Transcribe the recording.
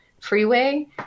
freeway